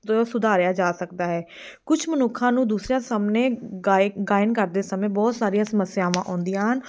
ਦੋ ਸੁਧਾਰਿਆ ਜਾ ਸਕਦਾ ਹੈ ਕੁਛ ਮਨੁੱਖਾਂ ਨੂੰ ਦੂਸਰਿਆਂ ਸਾਹਮਣੇ ਗਾ ਗਾਇਨ ਕਰਦੇ ਸਮੇਂ ਬਹੁਤ ਸਾਰੀਆਂ ਸਮੱਸਿਆਵਾਂ ਆਉਂਦੀਆਂ ਹਨ